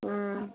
ꯎꯝ